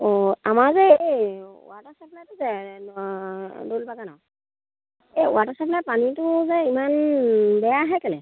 অঁ আমাৰ যে এই ৱাটাৰ চাপ্লাইটো যে দৌল বাগানৰ এই ৱাটাৰ চাপ্লাই পানীটো যে ইমান বেয়া আহে কেলে